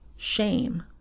shame